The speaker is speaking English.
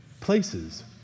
places